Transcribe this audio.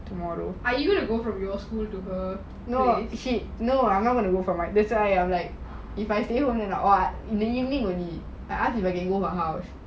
no no I'm not gonna go from like this I'm like if I stay home in the evening only I ask if I can go her house